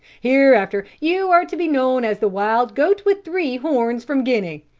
hereafter you are to be known as the wild goat with three horns from guinea.